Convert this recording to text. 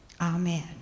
Amen